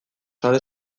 sare